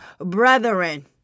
brethren